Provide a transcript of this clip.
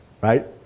right